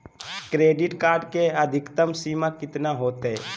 Credit card के अधिकतम सीमा कितना होते?